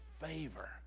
favor